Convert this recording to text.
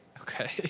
okay